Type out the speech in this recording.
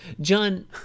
John